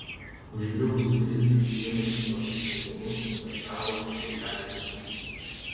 užgriuvus krizei šiemet į tokius sprendimus investavo tik saujelė įmonių